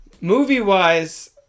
Movie-wise